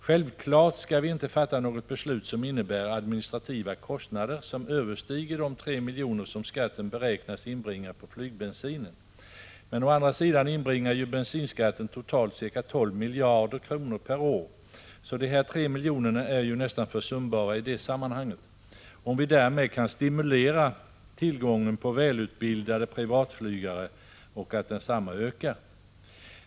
Självklart skall vi inte fatta något beslut som innebär administrativa kostnader som överstiger de 3 miljoner, som skatten beräknas inbringa på flygbensinen. Men å andra sidan inbringar ju bensinskatten totalt ca 12 miljarder kronor per år, så de här 3 miljonerna är nästan försumbara i sammanhanget, om vi därmed kan stimulera utbildningen av välutbildade privatflygare, så att tillgången ökar.